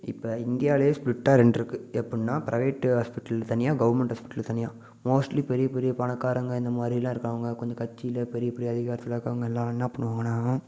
இப்போ இந்தியாவில் ஸ்பிலிட்டாக ரெண்டு இருக்குது எப்புடின்னா ப்ரைவேட்டு ஹாஸ்பிட்டலு தனியாக கவுர்மெண்ட் ஹாஸ்பிட்டல் தனியாக மோஸ்ட்லி பெரிய பெரிய பணக்காரங்க இந்த மாதிரில்லாம் இருக்கவங்க கொஞ்சம் கட்சியில் பெரிய பெரிய அதிகாரத்தில் இருக்கறவங்க எல்லாம் என்ன பண்ணுவாங்கன்னால்